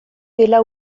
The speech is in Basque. dela